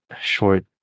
short